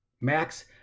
Max